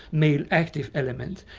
male, active element,